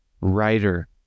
writer